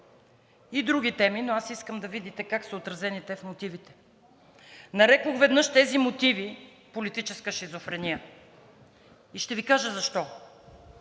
и други теми, но аз искам да видите как са отразени те в мотивите. Нарекох веднъж тези мотиви политическа шизофрения и ще Ви кажа защо.